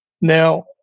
Now